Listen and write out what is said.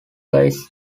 guys